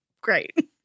Great